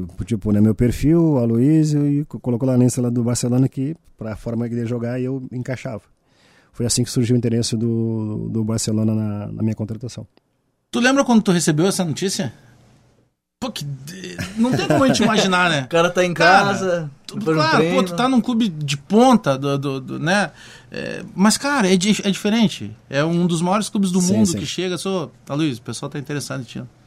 Tipo, né, meu perfil, Aloysio, e co- colocou lá na lista lá do Barcelona que, pra forma que ele ia jogar, eu encaixava. Foi assim que surgiu o interesse do- do Barcelona na- na minha contratação. Tu lembra quando tu recebeu essa notícia? Pô, que de- não tem como a gente imaginar, né? O cara tá em Cara, casa, tu- depois no claro, pô, tu treino. tá num clube de ponta, do- do- do- né? É, mas, cara, é di- é diferente. É um dos maiores clubes do Sim, mundo sim. que chega, sou- "Aloysio, o pessoal tá interessado em ti."